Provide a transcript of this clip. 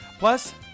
Plus